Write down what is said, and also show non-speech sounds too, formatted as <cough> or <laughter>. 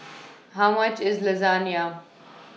<noise> How much IS Lasagna